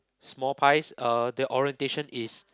small pies uh the orientation is